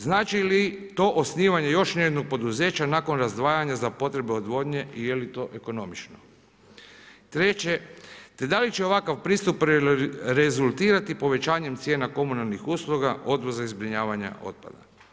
Znači li to osnivanje još jednog poduzeća nakon razdvajanja za potrebe odvodnje i jeli to ekonomično te da li će ovakav pristup rezultirati povećanjem cijena komunalnih usluga, odvoza i zbrinjavanja otpada?